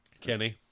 Kenny